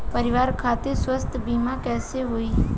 परिवार खातिर स्वास्थ्य बीमा कैसे होई?